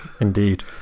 indeed